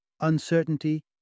uncertainty